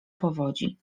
powodzi